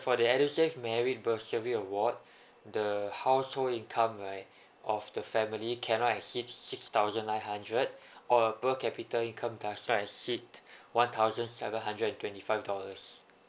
for the edusave merit bursary award the household income right of the family cannot exceed six thousand nine hundred or above capita income does not exceed one thousand seven hundred and twenty five dollars